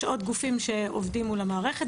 יש עוד גופים שעובדים מול המערכת.